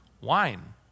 Wine